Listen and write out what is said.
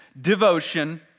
devotion